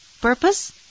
purpose